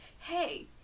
hey